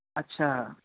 अच्छा